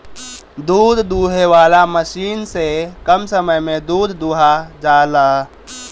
दूध दूहे वाला मशीन से कम समय में दूध दुहा जाला